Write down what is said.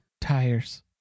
Tires